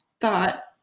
thought